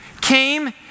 came